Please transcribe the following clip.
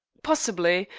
possibly.